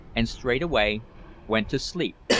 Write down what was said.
and straightway went to sleep,